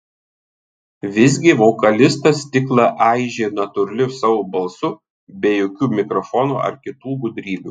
visgi vokalistas stiklą aižė natūraliu savo balsu be jokių mikrofonų ar kitų gudrybių